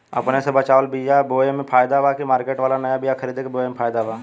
अपने से बचवाल बीया बोये मे फायदा बा की मार्केट वाला नया बीया खरीद के बोये मे फायदा बा?